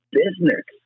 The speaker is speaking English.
business